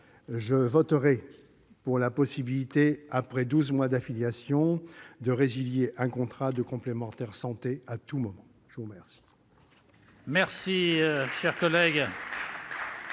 je voterai pour la possibilité, après douze mois d'affiliation, de résilier un contrat de complémentaire santé à tout moment. La parole